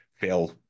fail